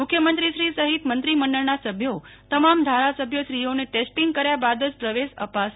મુખ્યમંત્રીશ્રી સહિત મંત્રીમંડળના સભ્યો તમામ ધારાસભ્યશ્રીઓને ટેસ્ટિંગ કર્યાં બાદ જ પ્રવેશ અપાશે